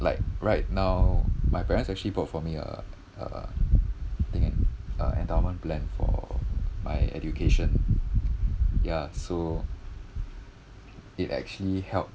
like right now my parents actually bought for me uh uh think uh endowment plan for my education ya so it actually help